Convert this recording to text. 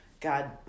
God